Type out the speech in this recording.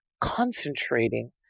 concentrating